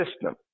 system